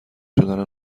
شدن